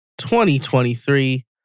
2023